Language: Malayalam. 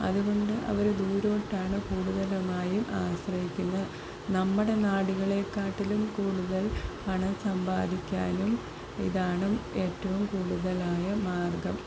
അതുകൊണ്ട് അവർ ദൂരോട്ടാണ് കൂടുതലായും ആശ്രയിക്കുന്നത് നമ്മുടെ നാടുകളെക്കാട്ടിലും കൂടുതൽ പണം സമ്പാദിക്കാനും ഇതാണ് ഏറ്റവും കൂടുതലായ മാർഗം